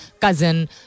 cousin